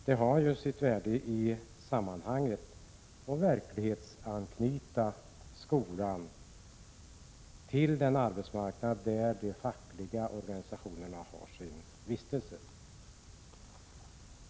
Det har sitt värde i sammanhanget att verklighetsanknyta skolan till den arbetsmarknad där de fackliga organisationerna har sin vistelse.